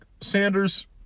Sanders